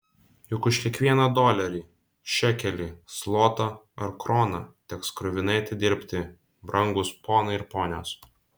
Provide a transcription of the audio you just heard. juk už kiekvieną dolerį šekelį zlotą ar kroną teks kruvinai atidirbti brangūs ponai ir ponios